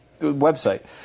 website